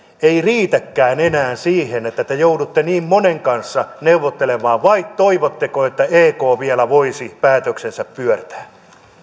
ei riitäkään enää siihen että te joudutte niin monen kanssa neuvottelemaan vai toivotteko että ek vielä voisi päätöksensä pyörtää